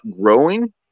growing